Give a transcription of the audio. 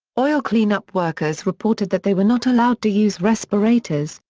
oil clean up workers reported that they were not allowed to use respirators,